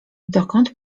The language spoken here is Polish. dokąd